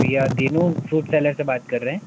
भैया Dinu food seller से बात कर रहें हैं